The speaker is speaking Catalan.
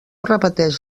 repeteix